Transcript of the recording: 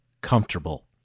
comfortable